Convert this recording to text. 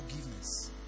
forgiveness